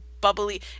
bubbly